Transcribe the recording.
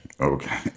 Okay